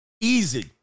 Easy